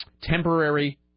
temporary